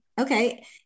okay